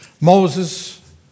Moses